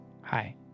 Hi